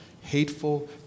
hateful